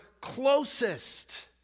closest